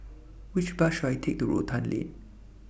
Which Bus should I Take to Rotan Lane